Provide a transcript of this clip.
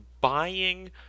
buying